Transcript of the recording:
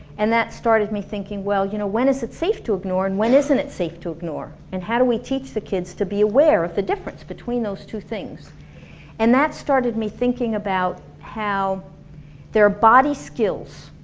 and that started me thinking, well you know, when is it safe to ignore and when isn't it safe to ignore and how do we teach the kids to be aware of the difference between those two things and that started me thinking about how there are body skills